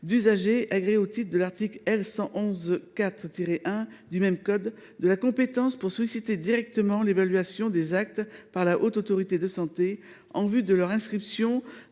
d’usagers agréées au titre de l’article L. 1114 1 du même code, de la compétence permettant de solliciter directement l’évaluation des actes par la Haute Autorité de santé, en vue de leur inscription